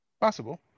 Possible